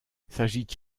s’agit